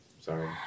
Sorry